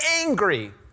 angry